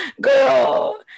girl